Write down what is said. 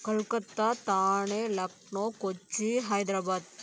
கொல்கத்தா தானே லக்னோ கொச்சி ஹைதராபாத்